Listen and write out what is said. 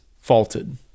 faulted